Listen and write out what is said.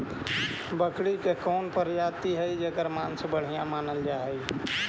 बकरी के कौन प्रजाति हई जेकर मांस के बढ़िया मानल जा हई?